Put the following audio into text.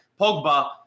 Pogba